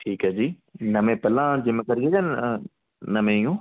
ਠੀਕ ਹੈ ਜੀ ਨਵੇਂ ਪਹਿਲਾਂ ਜਿੰਮ ਕਰੀ ਆ ਜਾਂ ਨਵੇਂ ਹੋ